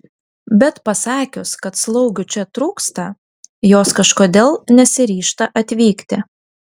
bet pasakius kad slaugių čia trūksta jos kažkodėl nesiryžta atvykti